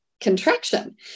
contraction